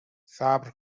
صبر